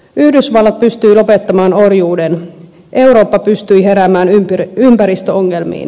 yhdysvallat pystyi lopettamaan orjuuden eurooppa pystyi heräämään ympäristöongelmiin